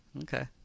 Okay